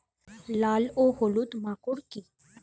লাল ও হলুদ মাকর কী?